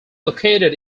located